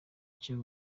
icyo